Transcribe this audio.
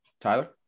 Tyler